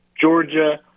Georgia